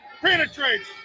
penetrates